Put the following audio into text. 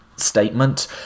statement